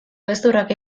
gezurrak